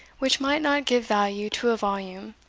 which might not give value to a volume,